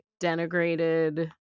denigrated